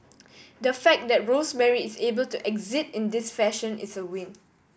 the fact that Rosemary is able to exit in this fashion is a win